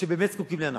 שבאמת זקוקים להנחות,